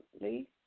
Lee